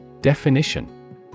Definition